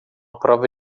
prova